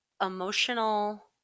Emotional